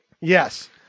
Yes